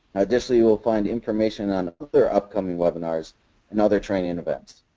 additionally, you will find information on other upcoming webinars and other training events.